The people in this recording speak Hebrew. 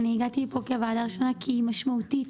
הגעתי לפה היום כוועדה ראשונה כי היא משמעותית.